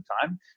time